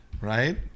right